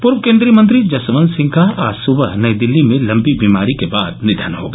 पूर्व केन्द्रीय मंत्री जसवंत सिंह का आज सुबह नई दिल्ली में लंबी वीमारी के बाद निधन हो गया